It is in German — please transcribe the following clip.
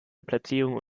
platzierungen